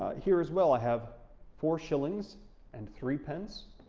here as well, i have four shillings and three pence,